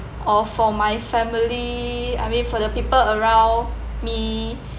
or for my family I mean for the people around me